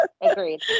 Agreed